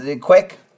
quick